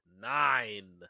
nine